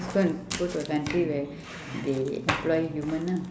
go to a country where they employ human ah